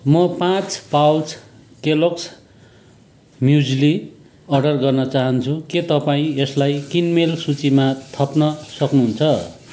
म पाँच pouch Kellogg's muesli order गर्न चाहन्छु के तपाईँ यसलाई किनमेल सूचीमा थप्न सक्नुहुन्छ